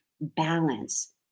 balance